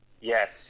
Yes